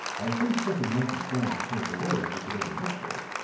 i think something might be found to point the way if we could only look for it,